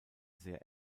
sehr